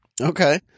Okay